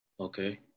Okay